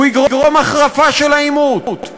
הוא יגרום החרפה של העימות.